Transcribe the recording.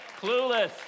Clueless